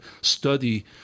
study